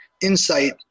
insight